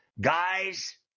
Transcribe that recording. Guys